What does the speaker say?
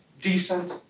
decent